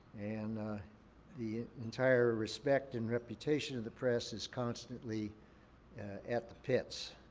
and the entire respect and reputation of the press is constantly at the pits.